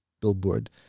billboard